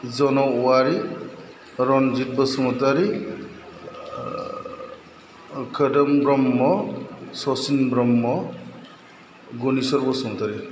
जन' वारि रनजित बसुमतारी खोदोम ब्रह्म सचिन ब्रह्म गुनेस्वर बसुमतारी